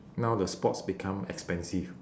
now the sports become expensive